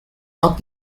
not